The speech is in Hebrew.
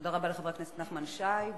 תודה רבה לחבר הכנסת נחמן שי.